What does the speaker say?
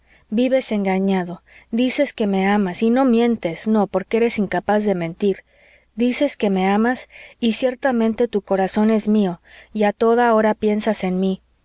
vives engañado dices que me amas y no mientes no porque eres incapaz de mentir dices que me amas y ciertamente tu corazón es mío y a toda hora piensas en mí